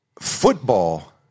football